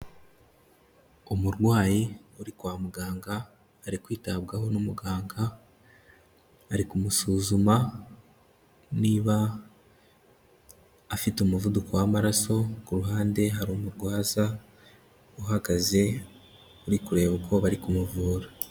Umurwayi uri kwa muganga, ari kwitabwaho n'umuganga, ari kumusuzuma niba afite umuvuduko w'amaraso, ku ruhande hari umurwaza uhagaze uri kureba uko bari kumuvura.